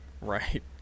Right